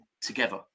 together